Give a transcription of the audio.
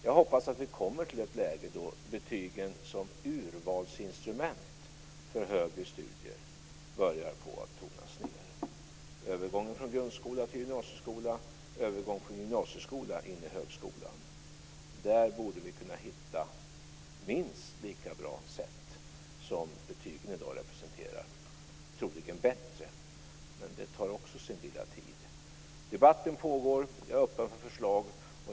Jag hoppas att vi kommer till ett läge då betygen som urvalsinstrument för högre studier börjar tonas ned. I övergången från grundskola till gymnasieskola och från gymnasieskola till högskola borde vi kunna hitta minst lika bra sätt som betygen i dag representerar, troligen bättre. Men det tar sin tid. Debatten pågår. Jag är öppen för förslag.